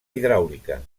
hidràulica